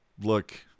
look